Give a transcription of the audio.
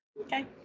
Okay